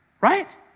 right